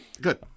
Good